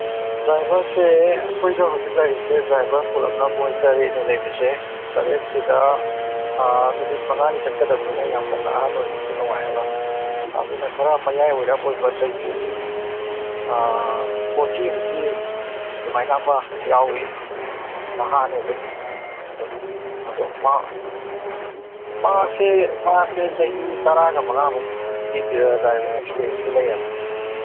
ꯗ꯭ꯔꯥꯏꯚꯔꯁꯦ ꯑꯩꯈꯣꯏꯗ ꯍꯧꯖꯤꯛ ꯂꯩꯔꯤꯁꯦ ꯗ꯭ꯔꯥꯏꯚꯔ ꯄꯨꯂꯞꯅ ꯃꯣꯏ ꯇꯔꯦꯠꯅꯤ ꯂꯩꯕꯁꯦ ꯇꯔꯦꯠꯁꯤꯗ ꯅꯨꯃꯤꯠ ꯃꯉꯥꯅꯤ ꯆꯠꯀꯗꯕꯅꯤꯅ ꯌꯥꯝ ꯀꯟꯅ ꯑꯍꯟ ꯑꯣꯏꯕꯁꯨ ꯅꯨꯡꯉꯥꯏꯔꯔꯣꯏ ꯑꯗꯨꯅ ꯈꯔ ꯃꯌꯥꯏ ꯑꯣꯏꯔꯞ ꯑꯣꯏꯕ ꯆꯍꯤ ꯐꯣꯔꯇꯤꯃꯨꯛꯀꯤ ꯑꯗꯨꯃꯥꯏꯅ ꯑꯃ ꯌꯥꯎꯋꯤ ꯅꯍꯥꯅꯤ ꯑꯗꯨꯝ ꯑꯗꯣ ꯃꯥ ꯃꯥꯁꯦ ꯃꯥꯁꯦ ꯆꯍꯤ ꯇꯔꯥꯒ ꯃꯉꯥꯃꯨꯛꯀꯤ ꯗ꯭ꯔꯥꯏꯚꯤꯡ ꯑꯦꯛꯁꯄꯔꯤꯌꯦꯟꯁꯇꯤ ꯂꯩꯔꯕꯅꯤ